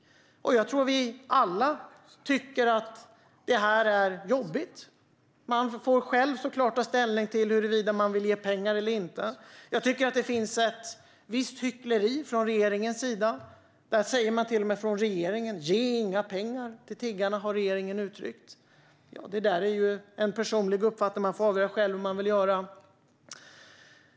Jag tror att vi alla tycker att det här är jobbigt. Man får såklart själv ta ställning till huruvida man vill ge pengar eller inte. Jag tycker att det finns ett visst hyckleri från regeringens sida. Regeringen säger till och med: Ge inga pengar till tiggarna! Det har regeringen uttryckt. Det är ju en personlig uppfattning - man får själv avgöra hur man vill göra.